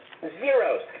zeros